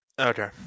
Okay